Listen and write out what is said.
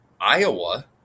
Iowa